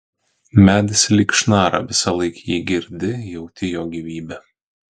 medis lyg šnara visąlaik jį girdi jauti jo gyvybę